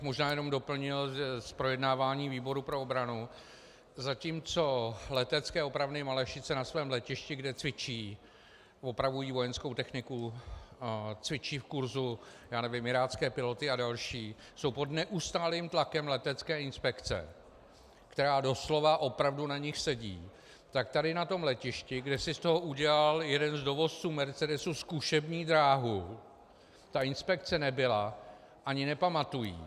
Možná bych jenom doplnil z projednávání výboru pro obranu, že zatímco Letecké opravny Malešice na svém letišti, kde cvičí, opravují vojenskou techniku, cvičí v kurzu irácké piloty a další, jsou pod neustálým tlakem letecké inspekce, která doslova opravdu na nich sedí, tak tady na tom letišti, kde si z toho udělal jeden z dovozců mercedesů zkušební dráhu, ta inspekce nebyla, ani nepamatuji.